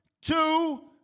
Two